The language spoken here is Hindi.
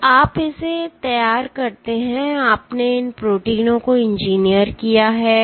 तो आप इसे तैयार करते हैं आपने इन प्रोटीनों को इंजीनियर किया है